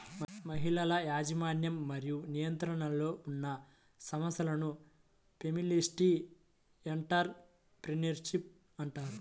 మహిళల యాజమాన్యం మరియు నియంత్రణలో ఉన్న సంస్థలను ఫెమినిస్ట్ ఎంటర్ ప్రెన్యూర్షిప్ అంటారు